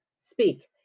speak